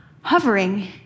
hovering